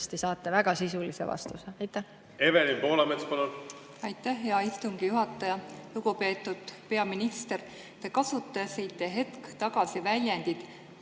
saate väga sisulise vastuse. Aitäh!